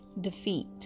defeat